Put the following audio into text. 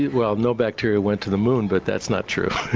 well, no bacteria went to the moon but that's not true,